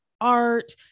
art